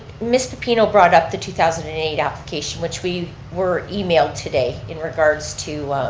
miss pepino brought up the two thousand and eight application, which we were emailed today in regards to,